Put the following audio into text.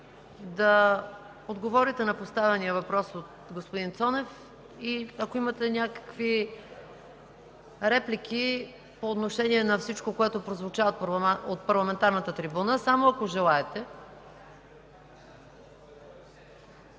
да отговорите на поставения въпрос от господин Цонев? Ако имате някакви реплики по отношение на всичко, което прозвуча от парламентарната трибуна, само ако желаете,